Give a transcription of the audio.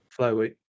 Flyweight